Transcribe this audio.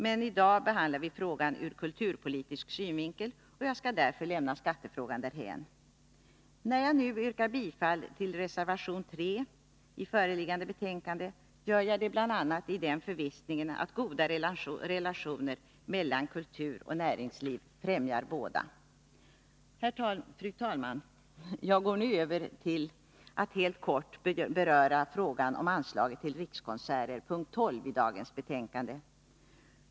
Men i dag behandlar vi frågan ur kulturpolitisk synvinkel, och jag skall därför lämna skattefrågan därhän. När jag nu yrkar bifall till reservation 3 till föreliggande betänkande, gör jag det bl.a. i den förvissningen att goda relationer mellan kultur och näringsliv främjar båda. Fru talman! Jag går nu över till att helt kort beröra frågan om anslaget till Rikskonserter, p. 12 i dagens betänkande.